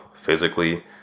physically